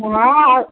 हा